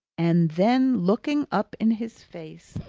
and then looking up in his face,